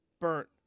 burnt